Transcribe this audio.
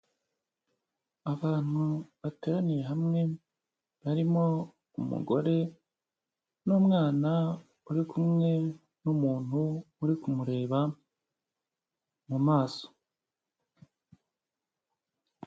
Abantu bateraniye, hamwe barimo umugore n'umwana uri kumwe n'umuntu uri kumureba mu maso.